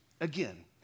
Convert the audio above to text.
Again